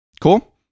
Cool